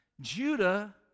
Judah